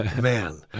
man